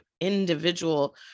individual